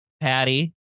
Patty